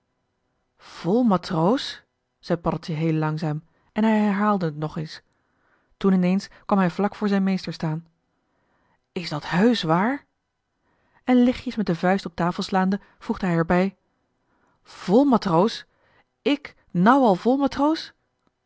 vol matroos zei paddeltje heel langzaam en hij herhaalde het nog eens toen ineens kwam hij vlak voor zijn meester staan is dat heusch waar en lichtjes met de vuist op tafel slaande voegde hij er bij vol matroos ik nou al vol matroos